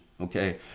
okay